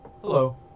Hello